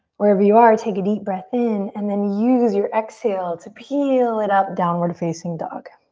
wherever you are, take a deep breath in and then use your exhale to peel it up, downward facing dog.